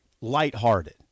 lighthearted